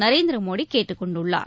நரேந்திர மோடி கேட்டுக் கொண்டுள்ளார்